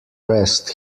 rest